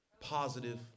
positive